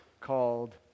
called